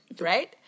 Right